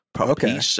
Okay